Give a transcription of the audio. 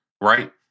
right